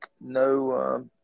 no